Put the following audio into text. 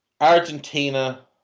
Argentina